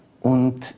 Und